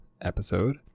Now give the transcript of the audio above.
episode